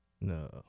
no